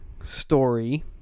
story